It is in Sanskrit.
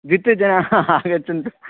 द्वित्रिजनाः आगच्छन्तु